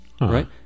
right